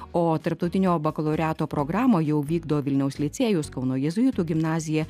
o tarptautinio bakalaureato programą jau vykdo vilniaus licėjus kauno jėzuitų gimnazija